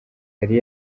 yari